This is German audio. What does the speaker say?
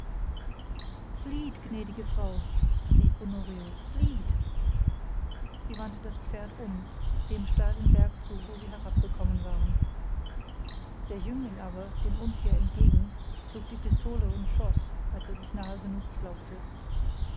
flieht gnädige frau rief honorio flieht sie wandte das pferd um dem steilen berg zu wo sie herabgekommen waren der jüngling aber dem untier entgegen zog die pistole und schoß als er sich nahe genug glaubte